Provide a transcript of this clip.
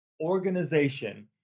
organization